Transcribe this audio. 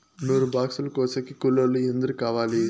నూరు బాక్సులు కోసేకి కూలోల్లు ఎందరు కావాలి?